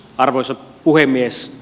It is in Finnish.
arvoisa puhemies